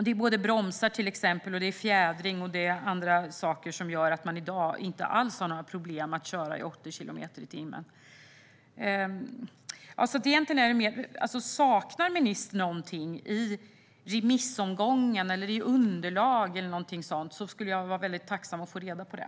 Det är bromsar, fjädring och andra saker som gör att man i dag inte alls har några problem att köra i 80 kilometer i timmen. Saknar ministern någonting i remissomgången eller i underlag? Jag skulle vara väldigt tacksam över att få reda på det.